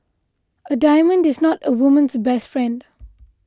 a diamond is not a woman's best friend